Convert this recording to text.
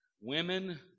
Women